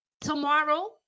tomorrow